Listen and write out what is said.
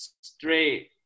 straight